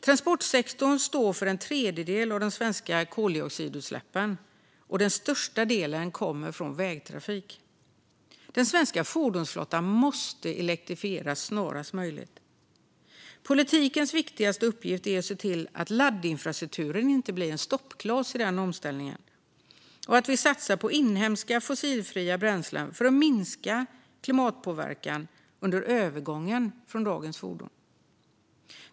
Transportsektorn står för en tredjedel av de svenska koldioxidutsläppen, och den största delen kommer från vägtrafik. Den svenska fordonsflottan måste elektrifieras snarast möjligt. Politikens viktigaste uppgift är att se till att laddinfrastrukturen inte blir en stoppkloss i omställningen och att vi satsar på inhemska fossilfria bränslen för att minska klimatpåverkan under övergången från dagens fordon.